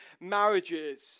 marriages